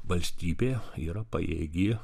valstybė yra pajėgi